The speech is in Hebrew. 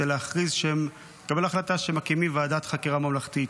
הם לקבל החלטה שמקימים ועדת חקירה ממלכתית.